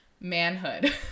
manhood